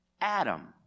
Adam